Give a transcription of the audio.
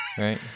right